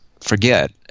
forget